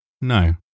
No